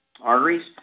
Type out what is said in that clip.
arteries